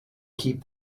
keep